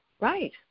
Right